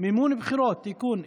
(מימון בחירות) (תיקון,